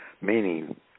meaning